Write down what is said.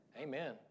Amen